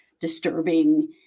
disturbing